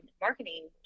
marketing